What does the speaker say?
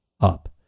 up